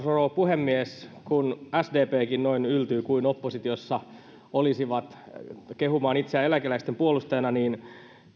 rouva puhemies kun sdpkin noin yltyy kuin oppositiossa olisivat kehumaan itseään eläkeläisten puolustajana niin